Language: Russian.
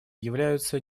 являются